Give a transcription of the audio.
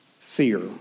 Fear